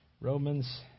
Romans